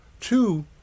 two